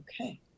okay